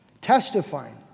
Testifying